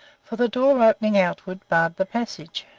for the door opening outward barred the passage.